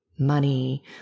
money